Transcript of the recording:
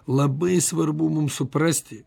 labai svarbu mums suprasti